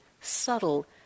subtle